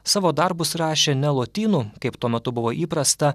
savo darbus rašė ne lotynų kaip tuo metu buvo įprasta